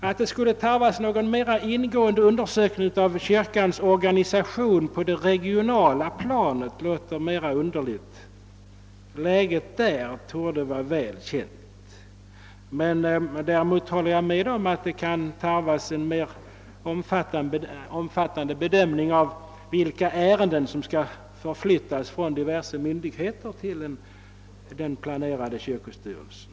Att det skulle tarvas någon mera ingående undersökning av kyrkans organisation på det regionala planet låter mera underligt. Läget där torde vara väl känt. Däremot håller jag med om att det tarvas en mera omfattande bedömning av vilka ärenden som skall flyttas från diverse myndigheter till den planerade kyrkostyrelsen.